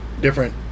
different